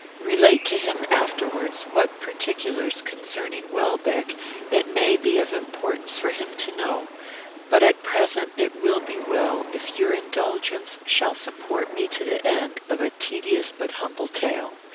relate to him afterwards what particulars concerning welbeck it may be of importance for him to know but at present it will be well if your indulgence shall support me to the end of a tedious but humble tale.